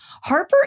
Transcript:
Harper